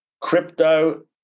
crypto